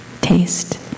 Taste